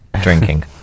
drinking